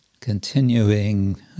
continuing